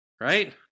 right